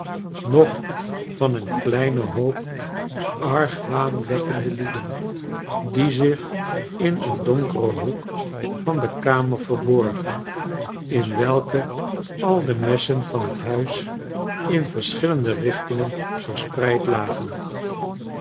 noch van een kleinen hoop argwaanwekkende lieden die zich in een donkeren hoek van de kamer verborgen in welke al de messen van het huis in verschillende richtingen verspreid lagen